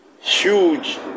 huge